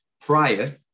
prior